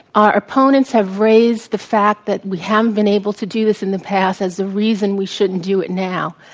ah ah have raised the fact that we haven't been able to do this in the past as the reason we shouldn't do it now.